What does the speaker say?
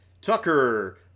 Tucker